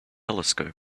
telescope